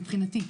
מבחינתי.